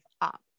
up